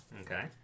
Okay